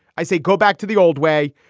i say go back to the old way.